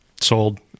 Sold